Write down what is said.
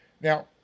Now